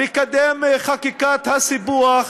היא לקדם את חקיקת הסיפוח